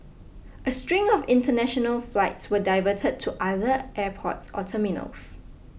a string of international flights were diverted to other airports or terminals